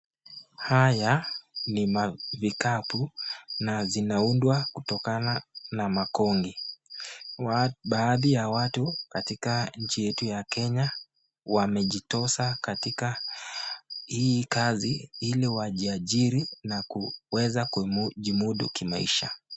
Haya ni vikapu na zinaundwa kutokana na makonge baadhi ya watu katika nchi hii yetu ya kenya wamejitosa katika hii kazi ili wajiajiri na kuweza kujimudu kimaisha.